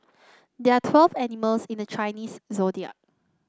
there are twelve animals in the Chinese Zodiac